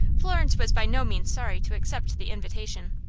florence was by no means sorry to accept the invitation.